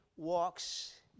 walks